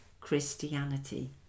Christianity